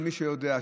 מי שיודע,